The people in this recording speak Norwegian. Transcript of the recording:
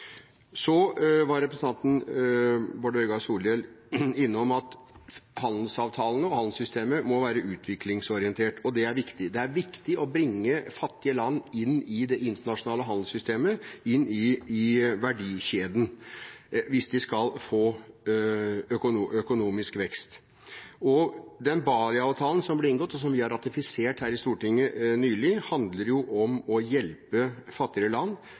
Så var representanten Bård Vegar Solhjell innom at handelsavtalene og handelssystemet må være utviklingsorientert. Dette er viktig – det er viktig å bringe fattige land inn i det internasjonale handelssystemet, inn i verdikjeden, hvis de skal få økonomisk vekst. Den Bali-avtalen som ble inngått, og som vi ratifiserte her i Stortinget nylig, handler om å hjelpe fattigere land til handelsfasilitering. Det er et eksempel på hvordan man kan bidra til å bringe flere land